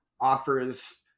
offers